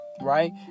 Right